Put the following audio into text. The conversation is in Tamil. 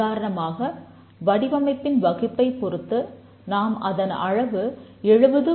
உதாரணமாக வடிவமைப்பின் வகுப்பைப் பொருத்து நாம் அதன் அளவு 70